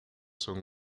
son